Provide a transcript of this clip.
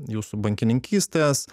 jūsų bankininkystės